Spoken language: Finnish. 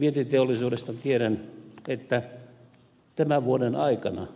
vientiteollisuudesta tiedän että tämän vuoden aikana